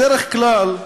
בדרך כלל,